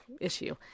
issue